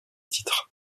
titre